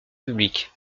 publique